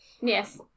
Yes